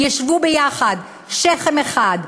ישבו ביחד שכם אחד,